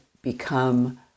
become